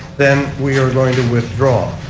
then we are going to withdraw.